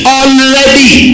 already